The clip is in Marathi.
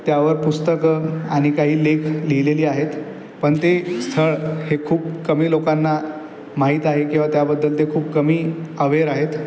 त्यावर पुस्तकं आणि काही लेख लिहिलेले आहेत पण ते स्थळ हे खूप कमी लोकांना माहीत आहे किंवा त्याबद्दल ते खूप कमी अवेअर आहेत